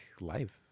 life